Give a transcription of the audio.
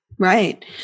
Right